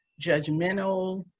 judgmental